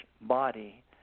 body